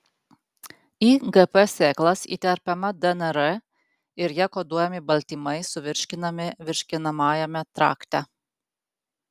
į gp sėklas įterpiama dnr ir ja koduojami baltymai suvirškinami virškinamajame trakte